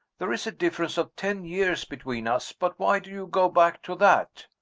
there is a difference of ten years between us. but why do you go back to that?